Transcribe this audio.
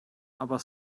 aber